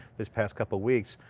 this past couple weeks.